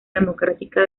democrática